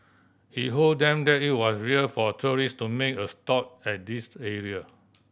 he hold them that it was rare for tourists to make a stop at this area